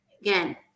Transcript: again